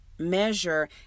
measure